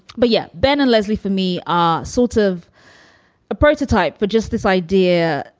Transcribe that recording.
but yeah, ben and leslie for me are sort of a prototype for just this idea.